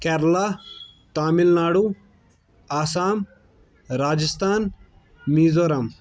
Kerala Tamil Nadu Assam Rajasthan Mizoram